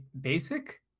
basic